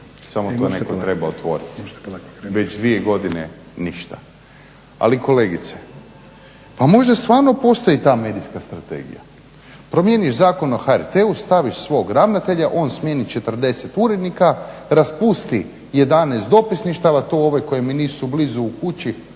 samo to nekako treba otvoriti. Već dvije godine ništa. Ali kolegice, pa možda stvarno postoji ta medijska strategija. Promijeniš Zakon o HRT-u, staviš svog ravnatelja, on smijeni 40 urednika, raspusti 11 dopisništava, to ova koja mi nisu blizu u kući,